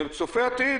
צופה-עתיד.